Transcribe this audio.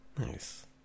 nice